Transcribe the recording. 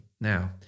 Now